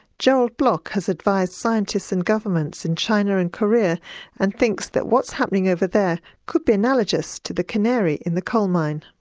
jerald block has advised scientists and governments in china and korea and thinks that what's happening over there could be analogous to the canary in the coalmine.